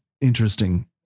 interesting